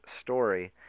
story